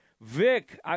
Vic